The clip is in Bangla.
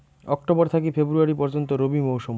অক্টোবর থাকি ফেব্রুয়ারি পর্যন্ত রবি মৌসুম